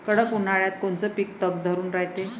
कडक उन्हाळ्यात कोनचं पिकं तग धरून रायते?